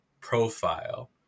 profile